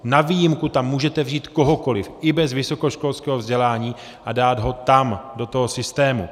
Na výjimku tam můžete vzít kohokoliv i bez vysokoškolského vzdělání a dát ho tam do toho systému.